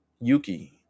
Yuki